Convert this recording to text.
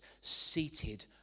seated